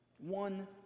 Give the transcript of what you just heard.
one